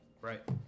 Right